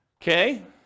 Okay